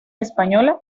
española